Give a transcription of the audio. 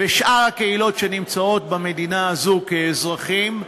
ושאר הקהילות שנמצאות במדינה הזאת כאזרחים,